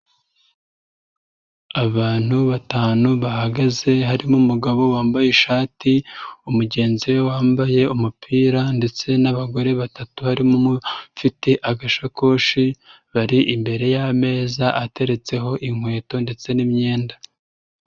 Abantu batanu bahagaze harimo umugabo wambaye ishati, mugenzi we wambaye umupira ndetse nabagore batatu barimo afite agasakoshi, bari imbere yameza ateretseho inkweto ndetse n'imyenda.